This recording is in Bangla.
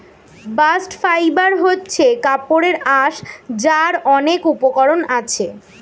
বাস্ট ফাইবার হচ্ছে কাপড়ের আঁশ যার অনেক উপকরণ আছে